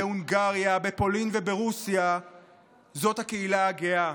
בהונגריה, בפולין וברוסיה זה הקהילה הגאה.